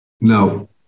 No